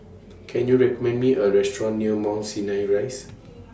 Can YOU recommend Me A Restaurant near Mount Sinai Rise